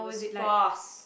fast